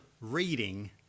reading